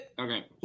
Okay